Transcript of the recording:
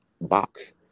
box